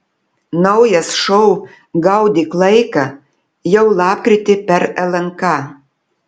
naujas šou gaudyk laiką jau lapkritį per lnk